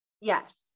Yes